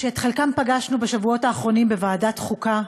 שאת חלקן פגשנו בשבועות האחרונים בוועדת חוקה,